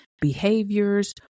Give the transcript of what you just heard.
behaviors